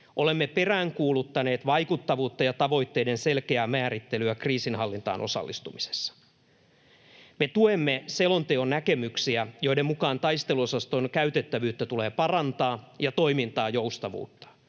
Olemme peräänkuuluttaneet vaikuttavuutta ja tavoitteiden selkeää määrittelyä kriisinhallintaan osallistumisessa. Me tuemme selonteon näkemyksiä, joiden mukaan taisteluosaston käytettävyyttä tulee parantaa ja toimintaa joustavoittaa.